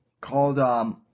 Called